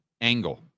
angle